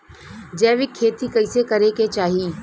जैविक खेती कइसे करे के चाही?